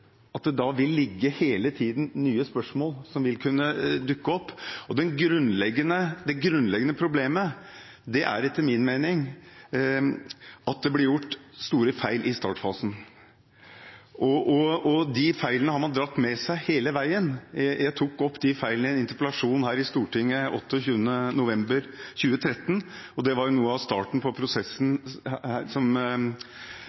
det hele tiden vil kunne dukke opp nye spørsmål. Det grunnleggende problemet er etter min mening at det ble gjort store feil i startfasen, og de feilene har man dratt med seg hele veien. Jeg tok opp disse feilene i en interpellasjon her i Stortinget den 28. november 2013. Det var noe av starten på